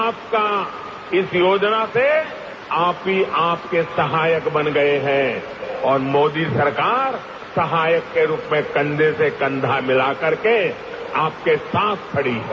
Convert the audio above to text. आपका इस योजना से आप ही आप के सहायक बन गए हैं और मोदी सरकार सहायक के रूप में कंधे से कंधा मिलाकर के आपके साथ खड़ी है